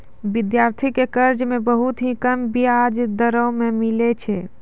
विद्यार्थी के कर्जा मे बहुत ही कम बियाज दरों मे मिलै छै